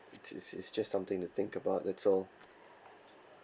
it's it's it's just something to think about that's all